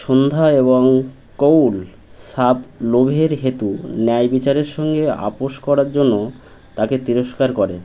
সন্ধ্যা এবং কৌল সাব লোভের হেতু ন্যায় বিচারের সঙ্গে আপোষ করার জন্য তাকে তিরস্কার করে